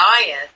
diet